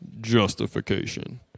Justification